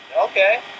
Okay